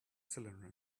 cylinder